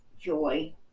joy